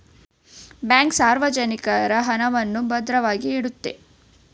bank ಸಾರ್ವಜನಿಕರ ಹಣವನ್ನು ಭದ್ರವಾಗಿ ಇಡುತ್ತೆ